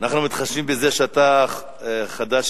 אנחנו מתחשבים בזה שאתה חדש-ישן.